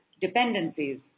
dependencies